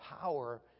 power